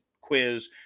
quiz